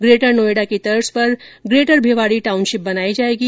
greater Noida की तर्ज पर ग्रेटर भिवाड़ी टाउनशिप बनाई जाएगी